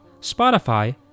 Spotify